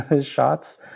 shots